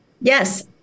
Yes